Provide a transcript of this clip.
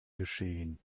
geschehen